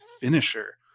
finisher